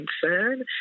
concern